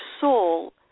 soul